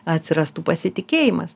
atsirastų pasitikėjimas